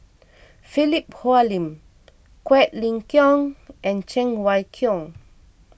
Philip Hoalim Quek Ling Kiong and Cheng Wai Keung